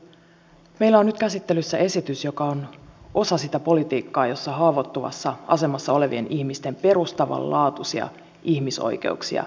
meillä on nyt käsittelyssä esitys joka on osa sitä politiikkaa jossa haavoittuvassa asemassa olevien ihmisten perustavanlaatuisia ihmisoikeuksia heikennetään